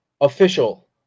official